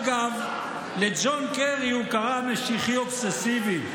אגב, לג'ון קרי הוא קרא "משיחי אובססיבי".